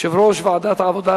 יושב-ראש ועדת העבודה,